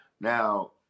Now